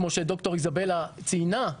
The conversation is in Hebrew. כמו שד"ר איזבלה ציינה,